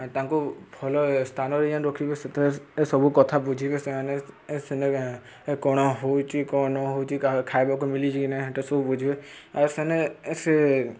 ତାଙ୍କୁ ଭଲ ସ୍ଥାନରେ ଯେନ୍ ରଖିବେ ସେଥି ସବୁ କଥା ବୁଝିବେ ସେମାନେ ସେନ କ'ଣ ହେଉଛି କ'ଣ ନ ହେଉଛି ଖାଇବାକୁ ମିଳୁଛି କି ନାହିଁ ହେଟା ସବୁ ବୁଝିବେ ଆଉ ସେନ ସେ